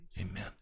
Amen